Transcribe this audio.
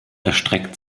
erstreckt